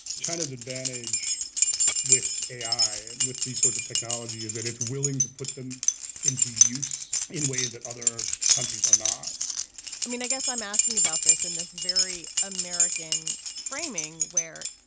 china's advantage with a guy with these sorts of technology is that it's willing to put them into use in ways that other countries are not i mean, i guess i'm asking about this in this very american framing where,